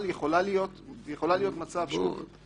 אבל יכול להיות מצב -- שמעתי.